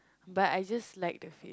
but I just like the feel